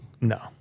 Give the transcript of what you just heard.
No